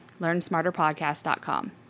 LearnSmarterPodcast.com